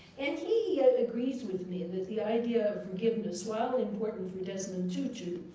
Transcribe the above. and he agrees with me and that the idea of forgiveness, while important for desmond tutu,